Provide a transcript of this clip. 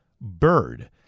BIRD